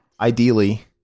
ideally